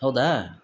ಹೌದಾ